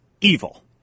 evil